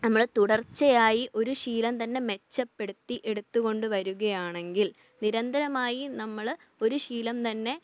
നമ്മള് തുടർച്ചയായി ഒരു ശീലം തന്നെ മെച്ചപ്പെടുത്തി എടുത്തുകൊണ്ടു വരികയാണെങ്കിൽ നിരന്തരമായി നമ്മള് ഒരു ശീലം തന്നെ